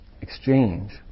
exchange